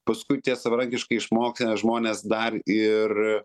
paskui tie savarankiškai išmokę žmonės dar ir